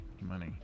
Money